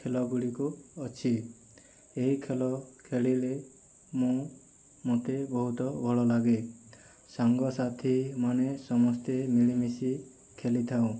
ଖେଳ ଗୁଡ଼ିକୁ ଅଛି ଏହି ଖେଳ ଖେଳିଲେ ମୁଁ ମୋତେ ବହୁତ ଭଲ ଲାଗେ ସାଙ୍ଗ ସାଥୀମାନେ ସମସ୍ତେ ମିଳିମିଶି ଖେଳିଥାଉ